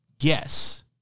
Yes